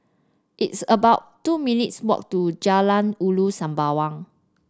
it's about two minutes' walk to Jalan Ulu Sembawang